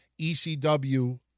ECW